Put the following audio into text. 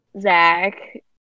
Zach